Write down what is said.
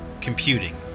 ...computing